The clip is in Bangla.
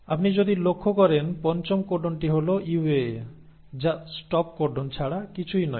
আপনি যদি লক্ষ্য করেন পঞ্চম কোডনটি হল UAA যা স্টপ কোডন ছাড়া কিছুই নয়